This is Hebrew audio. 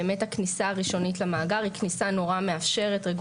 באמת הכניסה הראשונית למאגר היא כניסה רגולציה